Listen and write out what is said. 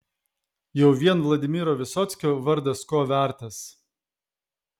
jau vien vladimiro vysockio vardas ko vertas